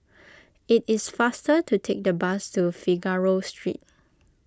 it is faster to take the bus to Figaro Street